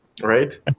right